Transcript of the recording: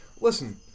listen